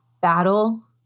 battle